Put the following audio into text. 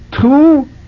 two